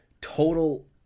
total